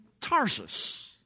Tarsus